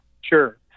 Sure